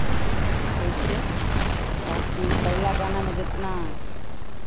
ऐसे बाकि पहला गाना में जितना